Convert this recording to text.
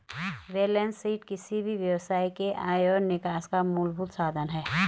balance sheet किसी भी व्यवसाय के आय और निकास का मूलभूत साधन है